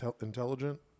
intelligent